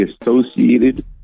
associated